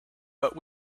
but